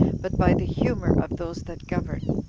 but by the humor of those that govern.